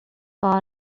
var